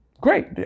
Great